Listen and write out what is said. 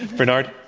bernard,